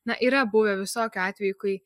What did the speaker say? na yra buvę visokių atvejų kai